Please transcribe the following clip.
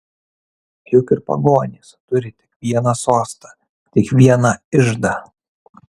juk ir pagonys turi tik vieną sostą tik vieną iždą